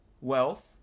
wealth